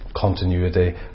continuity